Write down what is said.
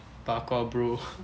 parkour bro